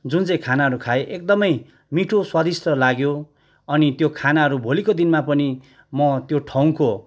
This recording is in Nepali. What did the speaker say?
जुन चाहिँ खानाहरू खाएँ एकदमै मिठो स्वादिष्ठ लाग्यो अनि त्यो खानाहरू भोलिको दिनमा पनि म त्यो ठाउँको